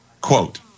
quote